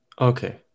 Okay